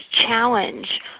challenge